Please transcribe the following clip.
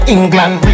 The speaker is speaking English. England